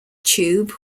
tube